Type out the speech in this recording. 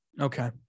Okay